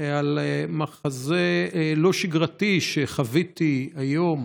בדקה זו על מחזה לא שגרתי שחוויתי היום